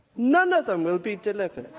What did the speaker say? none of them will be delivered.